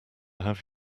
have